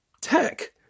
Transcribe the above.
tech